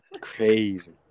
Crazy